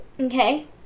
Okay